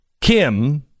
Kim